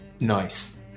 Nice